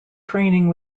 training